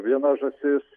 viena žąsis